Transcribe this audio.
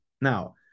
now